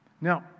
Now